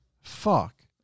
Fuck